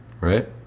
right